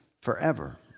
forever